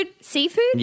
seafood